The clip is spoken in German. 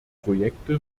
projekte